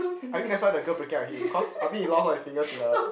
I mean that's why the girl breaking up with him cause I mean he lost all his fingers in the